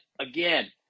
again